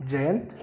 Jayant